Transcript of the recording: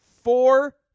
Four